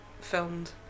filmed